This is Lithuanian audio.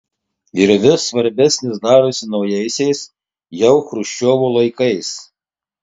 ir vis svarbesnis darosi naujaisiais jau chruščiovo laikais